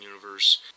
universe